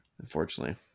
Unfortunately